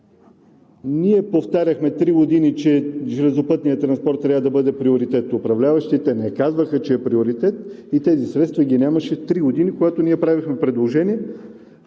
Ние повтаряхме три години, че железопътният транспорт трябва да бъде приоритет. Управляващите не казваха, че е приоритет и тези средства ги нямаше три години, когато ние правихме предложения